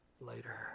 later